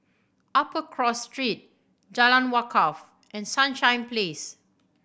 Upper Cross Street Jalan Wakaff and Sunshine Place